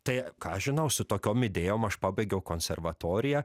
tai ką aš žinau su tokiom idėjom aš pabaigiau konservatoriją